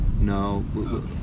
No